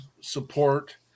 support